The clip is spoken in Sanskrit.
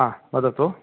हा वदतु